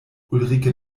ulrike